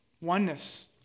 Oneness